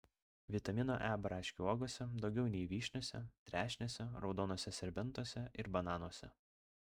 vitamino e braškių uogose daugiau nei vyšniose trešnėse raudonuose serbentuose ir bananuose